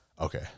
Okay